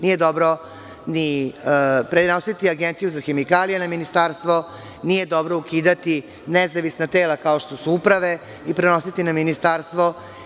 Nije dobro ni prenositi Agenciju za hemikalije na Ministarstvo, nije dobro ukidati nezavisna tela kao što su uprave i prenositi na Ministarstvo.